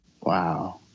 Wow